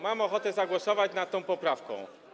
Mam ochotę zagłosować nad tą poprawką.